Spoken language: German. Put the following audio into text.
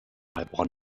heilbronn